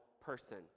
person